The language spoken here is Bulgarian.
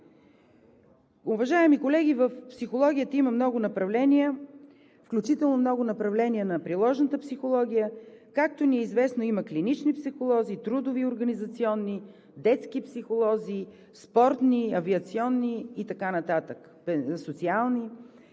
Уважаеми колеги, в психологията има много направления, включително много направления на приложната психология. Както ни е известно, има клинични психолози, трудови, организационни, детски психолози, спортни, авиационни, социални